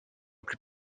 plus